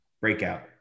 breakout